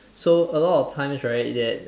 so a lot of times right that